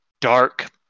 dark